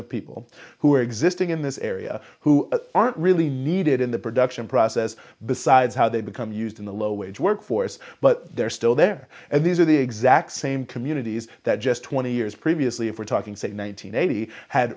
of people who are existing in this area who aren't really needed in the production process besides how they become used in the low wage workforce but they're still there and these are the exact same communities that just twenty years previously if we're talking say one nine hundred eighty had